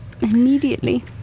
immediately